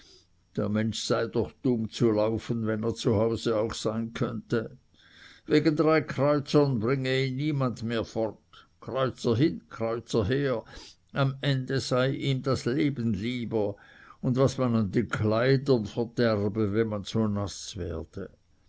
der mensch sei doch dumm zu laufen wenn er zu hause auch sein könnte wegen drei kreuzern bringe ihn niemand mehr fort kreuzer hin kreuzer her am ende sei ihm das leben lieber und was man an den kleidern verderbe wenn man so naß werde